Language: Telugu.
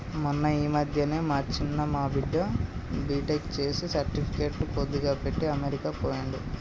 మొన్న ఈ మధ్యనే మా చిన్న మా బిడ్డ బీటెక్ చేసి సర్టిఫికెట్లు కొద్దిగా పెట్టి అమెరికా పోయిండు